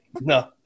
No